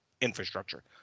infrastructure